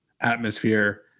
atmosphere